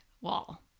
wall